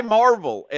marvel